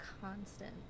constant